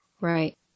right